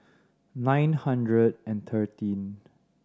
nine hundred and thirteen